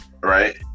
Right